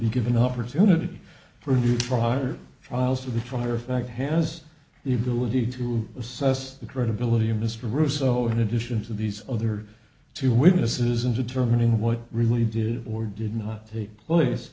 be given the opportunity for a new trial or trials of the trier of fact has the ability to assess the credibility of mr russo in addition to these other two witnesses in determining what really did or didn't take place